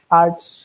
arts